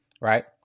right